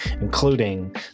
including